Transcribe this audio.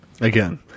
Again